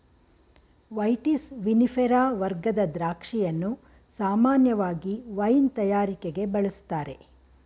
vitis ವಿನಿಫೆರಾ ವರ್ಗದ ದ್ರಾಕ್ಷಿಯನ್ನು ಸಾಮಾನ್ಯವಾಗಿ ವೈನ್ ತಯಾರಿಕೆಗೆ ಬಳುಸ್ತಾರೆ